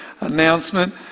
announcement